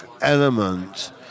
element